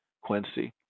Quincy